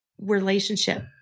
relationship